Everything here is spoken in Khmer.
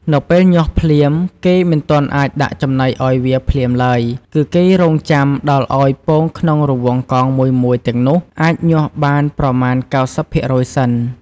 នៅពេលញាស់ភ្លាម គេមិនទាន់អាចដាក់ចំណីឱ្យវាភ្លាមឡើយ គឺគេរង់ចាំដល់ឱ្យពងក្នុងរង្វង់កងមួយៗទាំងនោះ អាចញាស់បានប្រមាណ៩០ភាគរយសិន។